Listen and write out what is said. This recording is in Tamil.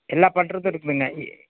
எல்லா பண்ணுறதும் இருக்குதுங்க இ